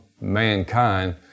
mankind